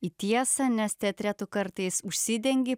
į tiesą nes teatre tu kartais užsidengi